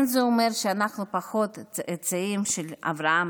אין זה אומר שאנחנו פחות צאצאים של אברהם,